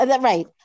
right